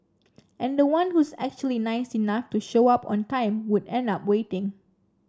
and the one who's actually nice enough to show up on time would end up waiting